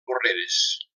porreres